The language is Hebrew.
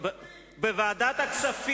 צריך הצבעה?